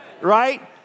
right